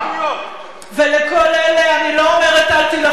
ולכל אלה אני לא אומרת: אל תילחמו.